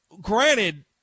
granted